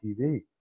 TV